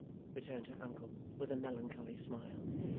returned her uncle, with a melancholy smile,